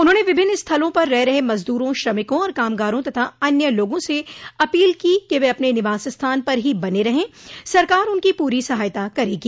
उन्होंने विभिन्न स्थलों पर रह रहे मजदूरों श्रमिकों और कामगारों तथा अन्य लोगों से अपील की कि वे अपने निवास स्थान पर ही बने रहे सरकार उनकी पूरी सहायता करेगी